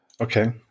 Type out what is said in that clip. Okay